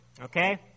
Okay